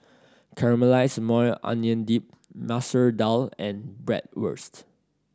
Caramelized Maui Onion Dip Masoor Dal and Bratwurst